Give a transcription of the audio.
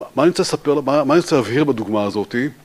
מה אני רוצה להבהיר בדוגמה הזאתי?